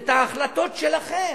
את ההחלטות שלכם,